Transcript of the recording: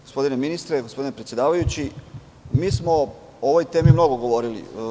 Gospodine ministre, gospodine predsedavajući, mi smo o ovoj temi mnogo govorili.